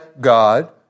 God